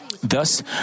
Thus